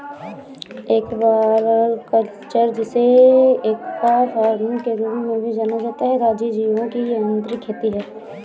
aquaculture, जिसे aqua farming के रूप में भी जाना जाता है, जलीय जीवों की नियंत्रित खेती है